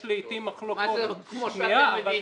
יש לעתים מחלוקות --- מה זה "כמו שאנחנו מבינים"?